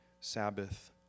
Sabbath